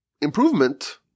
improvement